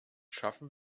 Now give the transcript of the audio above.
schaffen